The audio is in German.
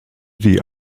die